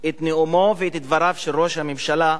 את נאומו ואת דבריו של ראש הממשלה,